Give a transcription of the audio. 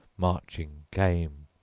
marching came.